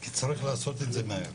כי צריך לעשות את זה מהר.